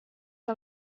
que